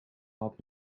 had